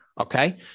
Okay